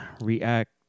react